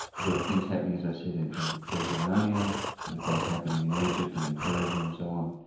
there were things happening, as i said, in in greek ionia, there were things happening in egypt and in persia and so on,